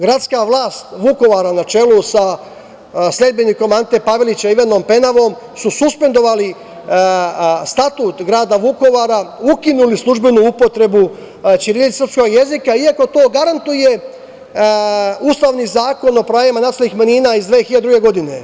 Gradska vlast Vukovara na čelu sa sledbenikom Ante Pavelića, Ivanom Penavom su suspendovali Statut grada Vukovara, ukinuli službenu upotrebu ćirilice i srpskog jezika iako to garantuje ustavni Zakon o pravima nacionalnih manjina iz 2002. godine.